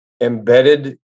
embedded